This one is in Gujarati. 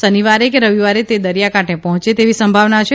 શનિવારે કે રવિવારે તે દરિથાકાંઠે પર્જોચે તેવી સંભાવના છે